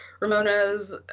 Ramona's